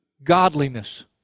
Godliness